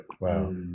Wow